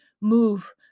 move